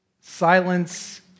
Silence